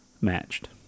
matched